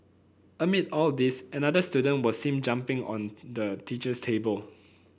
amid all this another student was seen jumping on the teacher's table